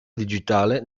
digitale